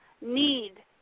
need